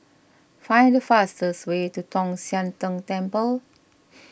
find the fastest way to Tong Sian Tng Temple